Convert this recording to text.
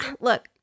look